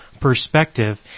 perspective